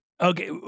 Okay